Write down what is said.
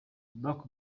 barack